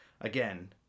Again